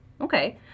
Okay